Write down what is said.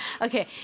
Okay